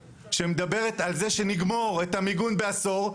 שמדברת על זה שנגמור את המיגון בעשור,